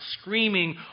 screaming